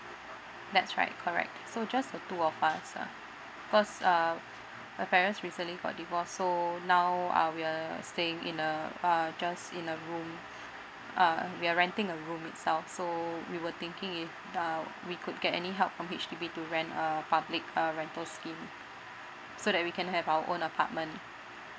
that's right correct so just the two of us ah because um my parents recently got divorce so now um we uh staying in uh uh just in a room uh we are renting a room itself so we were thinking if uh we could get any help from H_D_B to rent uh public uh rental scheme so that we can have our own apartment